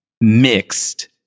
mixed